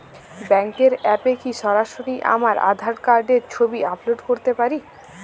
ব্যাংকের অ্যাপ এ কি সরাসরি আমার আঁধার কার্ডের ছবি আপলোড করতে পারি?